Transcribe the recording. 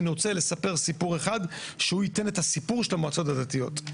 אני רוצה לספר סיפור אחד שהוא ייתן את הסיפור של המועצות הדתיות.